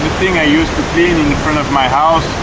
thing i use to clean in front of my house